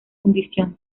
fundición